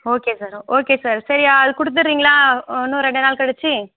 okay sir okay sir சரி அது கொடுத்துறீங்களா இன்னும் ரெண்டு நாள் கழிச்சு